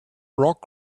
rock